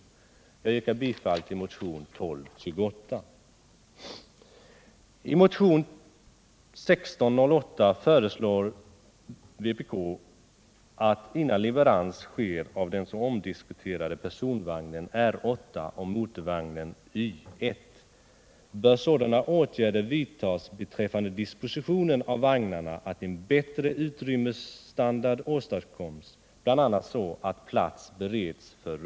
Jag yrkar bifall till motionen 1228.